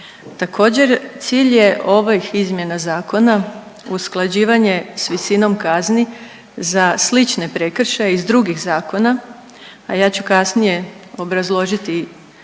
Također, cilj je ovih izmjena zakona usklađivanje s visinom kazni za slične prekršaje iz drugih zakona, a ja ću kasnije obrazložiti